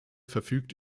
verfügt